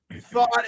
thought